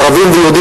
ערבים ויהודים,